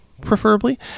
preferably